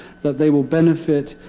that they will benefit